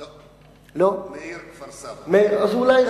לא, "'מאיר" כפר-סבא, אז אולי.